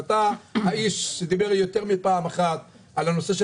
אתה האיש שדיבר יותר מפעם אחת על הנושא של